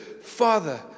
Father